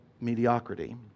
mediocrity